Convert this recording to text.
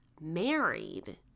married